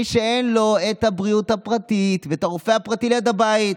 מי שאין לו את הבריאות הפרטית ואת הרופא הפרטי ליד הבית,